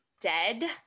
dead